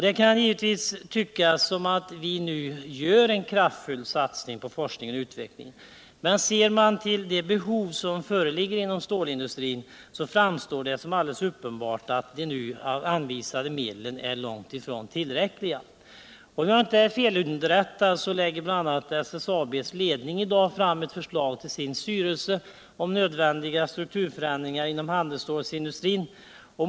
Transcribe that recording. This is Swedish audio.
Det kan givetvis tyckas att vi nu kraftfullt satsar på forskning och utveckling, men ser man till de stora behov som föreligger inom stålindustrin, framstår det som uppenbart att de nu anvisade medlen är långt ifrån tillräckliga. Om jag inte är felunderrättad lägger bl.a. SSAB:s ledning i dag fram ett förslag till sin styrelse om nödvändiga strukturförändringar inom handelsstålsindustrin.